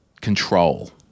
control